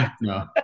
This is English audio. No